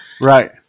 Right